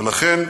ולכן,